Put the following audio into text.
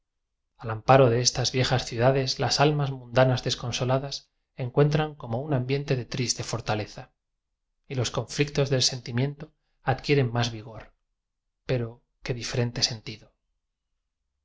al amparo de estas viejas ciudades las al mas mundanas desconsoladas encuentran como un ambiente de triste fortaleza y los conflictos del sentimiento adquieren más vi gor pero que diferente